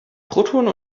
protonen